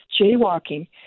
jaywalking